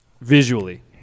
Visually